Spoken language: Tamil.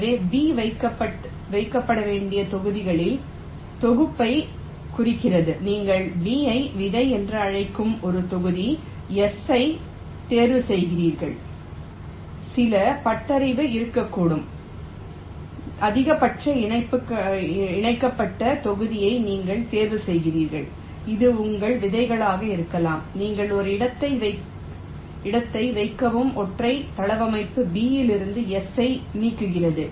எனவே B வைக்கப்பட வேண்டிய தொகுதிகளின் தொகுப்பைக் குறிக்கிறது நீங்கள் B ஐ விதை என்று அழைக்கும் ஒரு தொகுதி S ஐத் தேர்வுசெய்கிறீர்கள் சில ஹூரிஸ்டிக் இருக்கக்கூடும் அதிகபட்சமாக இணைக்கப்பட்டுள்ள தொகுதியை நீங்கள் தேர்வு செய்கிறீர்கள் அது உங்கள் விதைகளாக இருக்கலாம் நீங்கள் ஒரு இடத்தை வைக்கவும் ஒற்றை தளவமைப்பு B இலிருந்து S ஐ நீக்குகிறது